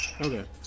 Okay